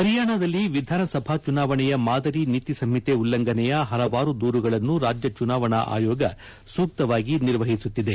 ಹರಿಯಾಣದಲ್ಲಿ ವಿಧಾನಸಭಾ ಚುನಾವಣೆಯ ಮಾದರಿ ನೀತಿ ಸಂಹಿತೆ ಉಲ್ಲಂಘನೆಯ ಹಲವಾರು ದೂರುಗಳನ್ನು ರಾಜ್ಯ ಚುನಾವಣಾ ಆಯೋಗ ಸೂಕ್ತವಾಗಿ ನಿರ್ವಹಿಸುತ್ತಿದೆ